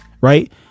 right